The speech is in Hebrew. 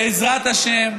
בעזרת השם,